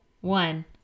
one